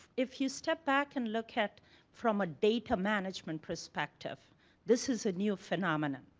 if you step back and look at from a data management perspective this is a new phenomenon.